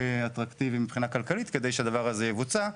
אטרקטיביים מבחינה כלכלית כדי שהדבר הזה יבוצע.